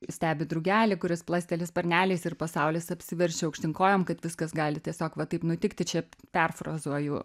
stebi drugelį kuris plasteli sparneliais ir pasaulis apsiverčia aukštyn kojom kad viskas gali tiesiog va taip nutikti čia perfrazuoju